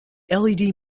led